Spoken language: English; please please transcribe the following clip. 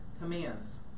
commands